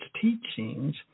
teachings